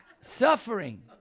suffering